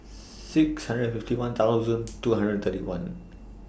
six hundred and fifty one thousand two hundred and thirty one